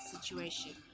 situation